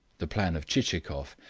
the plan of chichikov,